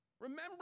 Remember